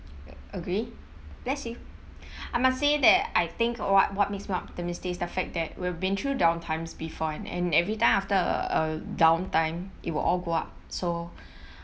agree bless you I must say that I think what what makes me optimistic is the the fact that we've been through down times before and and every time after a downtime it will all go up so